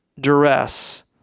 duress